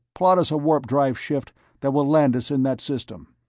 plot us a warp-drive shift that will land us in that system,